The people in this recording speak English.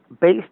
based